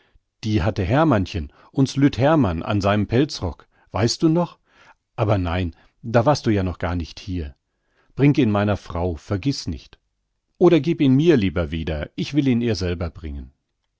die hatte hermannchen uns lütt hermann an seinem pelzrock weißt du noch aber nein da warst du noch gar nicht hier bring ihn meiner frau vergiß nicht oder gieb ihn mir lieber wieder ich will ihn ihr selber bringen